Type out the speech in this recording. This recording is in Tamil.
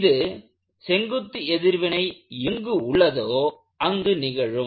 இது செங்குத்து எதிர்வினை எங்கு உள்ளதோ அங்கு நிகழும்